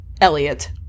elliot